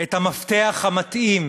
את המפתח המתאים,